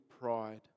pride